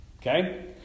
okay